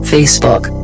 Facebook